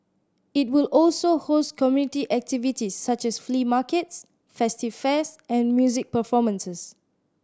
it will also host community activities such as flea markets festive fairs and music performances